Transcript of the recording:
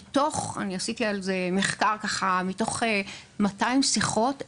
מתוך 200 שיחות,